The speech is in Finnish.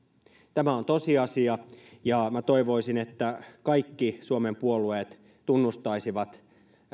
tämä on tosiasia ja minä toivoisin että kaikki suomen puolueet tunnustaisivat